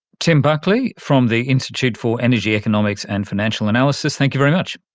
tim buckley from the institute for energy economics and financial analysis, thank you very much.